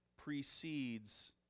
Precedes